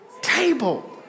table